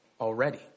already